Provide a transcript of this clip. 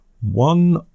one